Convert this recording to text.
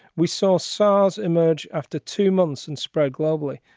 we saw cells emerge after two months and spread globally.